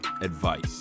advice